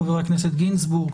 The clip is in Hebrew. חבר הכנסת גינזבורג,